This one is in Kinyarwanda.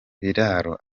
biraro